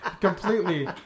Completely